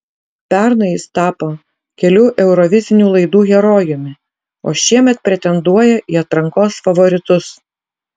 pernai jis tapo kelių eurovizinių laidų herojumi o šiemet pretenduoja į atrankos favoritus